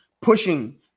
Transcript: pushing